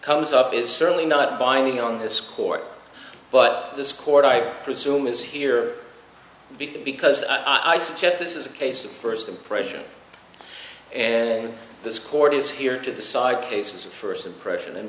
comes up is certainly not binding on this court but this court i presume is here because because i suggest this is a case of first impression this court is here to decide cases first impression and